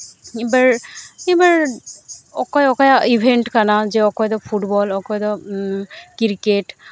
ᱢᱤᱫᱵᱟᱨ ᱢᱤᱫᱵᱟᱨ ᱚᱠᱚᱭ ᱚᱠᱚᱭᱟᱜ ᱤᱵᱷᱮᱱᱴ ᱠᱟᱱᱟ ᱡᱮ ᱚᱠᱚᱭᱫᱚ ᱯᱷᱩᱴᱵᱚᱞ ᱚᱠᱚᱭᱫᱚ ᱠᱨᱤᱠᱮᱴ